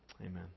Amen